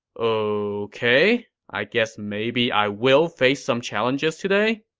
ooookay, i guess maybe i will face some challenges today?